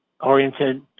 oriented